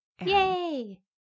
Yay